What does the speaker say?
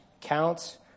counts